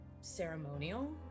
ceremonial